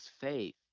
faith